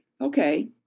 Okay